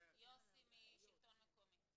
יוסי אוחנה מהשלטון המקומי.